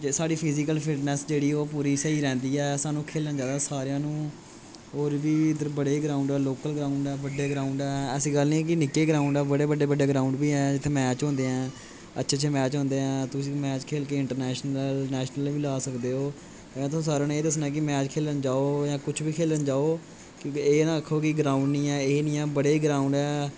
साढ़ी physical fitness जेह्ड़ी ओह् पूरी सेही रैंह्दी ऐ होर साह्नू खेलना चाहिदा सारें नूं होर बी इधर बड़े ग्रोउड ऐ लोकल ग्रोउड ऐ बड्डे ग्रोउड ऐ ऐसी गल्ल नीं ऐ कि निक्के ग्रोउड ऐ बड़े बड्डे बड्डे ग्रोउड बी ऐ जित्थै मैच होंदे ऐ अच्छे अच्छे मैच होंदे ऐ जित्थै मैच खेढ़दे इंटरनेशनल नेशनल बी लाऽसकदे ओह् में थुआनू एह् दस्सना कि सारे मैच खेलन जाओ कुछ बी खेलन जाओ क्यों कि एह् ना आक्खो कि ग्रोउड नीं ऐ एह् नीं ऐ बड़े ग्रोउड ऐ